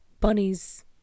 bunnies